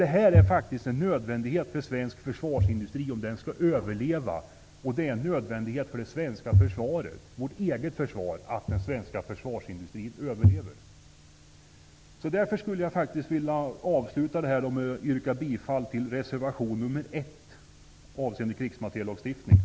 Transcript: Det är faktiskt nödvändigt för att svensk försvarsindustri skall kunna överleva, och det är nödvändigt för vårt eget svenska försvar att den gör det. Jag yrkar bifall till reservation 1 avseende krigsmateriellagstiftningen.